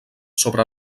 sobre